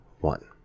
one